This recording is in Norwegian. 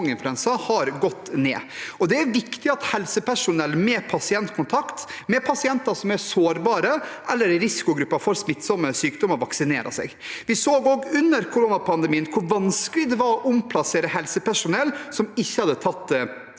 har gått ned. Det er viktig at helsepersonell med pasientkontakt – pasienter som er sårbare, eller er i risikogrupper for smittsomme sykdommer – vaksinerer seg. Vi så under koronapandemien hvor vanskelig det var å omplassere helsepersonell som ikke hadde tatt